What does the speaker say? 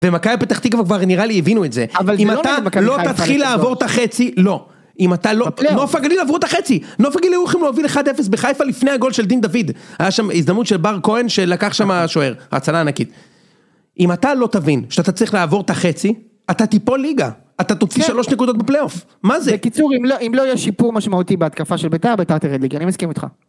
ומכבי פתח תקווה כבר נראה לי הבינו את זה, אם אתה לא תתחיל לעבור את החצי... לא, אם אתה לא... נוף הגליל עברו את החצי, נוף הגליל היו יכולים להוביל 1-0 בחיפה לפני הגול של דין דוד. היה שם הזדמנות של בר כהן, שלקח שם השוער, הצלה ענקית. אם אתה לא תבין שאתה צריך לעבור את החצי, אתה תיפול ליגה. אתה תוציא 3 נקודות בפלייאוף, מה זה? -בקיצור, אם לא יהיה שיפור משמעותי בהתקפה של בית"ר, בית"ר תרד ליגה. אני מסכים איתך.